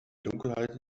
dunkelheit